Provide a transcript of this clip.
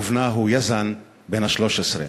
ובנה הוא יזן, בן ה-13.